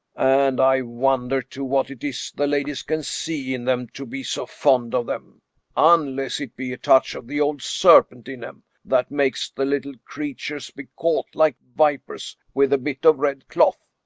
and i wonder too what it is the ladies can see in them to be so fond of them unless it be a touch of the old serpent in em, that makes the little creatures be caught, like vipers, with a bit of red cloth.